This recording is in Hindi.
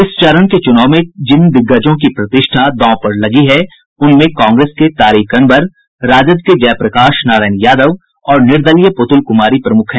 इस चरण के चुनाव में जिन दिग्गजों की प्रतिष्ठा दांव पर लगी है उनमें कांग्रेस तारिक अनवर राजद के जयप्रकाश नारायण यादव और निर्दलीय पुतुल कुमारी प्रमुख हैं